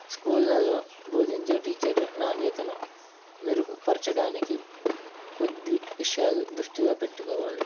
స్కూళ్లలో భోదించే టీచర్లు నాణ్యతను మెరుగుపరచడానికి కొద్ది విషయాలు దృష్టిలో పెట్టుకోవాలి